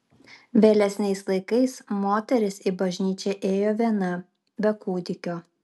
vėlesniais laikais moteris į bažnyčią ėjo viena be kūdikio